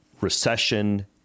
recession